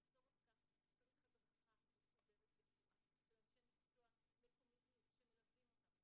לצורך כך צריך הדרכה מסודרת וקבועה של אנשי מקצוע מקומיים שמלווים אותם,